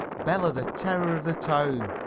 bela, the terror of the town,